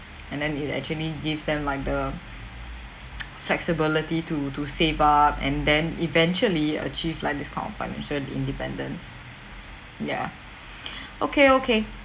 and then it actually gives them like the flexibility to to save up and then eventually achieve like this kind of financial independence ya okay okay